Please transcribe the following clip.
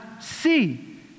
see